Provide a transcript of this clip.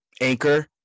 Anchor